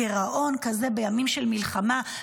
גירעון כזה בימים של מלחמה,